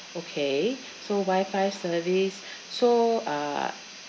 okay so wi-fi service so uh